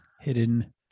hidden